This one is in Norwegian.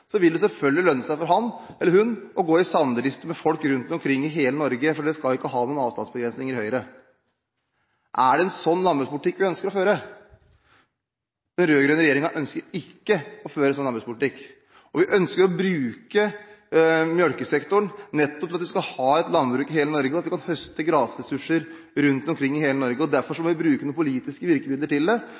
vil det selvfølgelig lønne seg å gå i samdrift med folk rundt omkring i hele Norge – for Høyre skal jo ikke ha noen avstandsbegrensninger. Er det en slik landbrukspolitikk vi ønsker å føre? Den rød-grønne regjeringen ønsker ikke å føre en slik landbrukspolitikk. Vi ønsker å bruke melkesektoren nettopp for at vi skal kunne ha et landbruk i hele Norge, og for at vi skal kunne høste gressressurser rundt omkring i hele Norge. Derfor må vi bruke noen politiske virkemidler.